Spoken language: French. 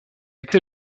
été